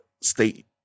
State